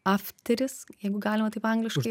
afteris jeigu galima taip angliškai